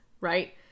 right